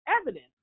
evidence